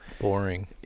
Boring